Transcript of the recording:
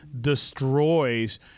destroys